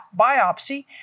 biopsy